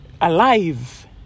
alive